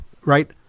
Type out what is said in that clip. right